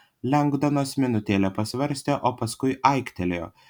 lengdonas minutėlę pasvarstė o paskui aiktelėjo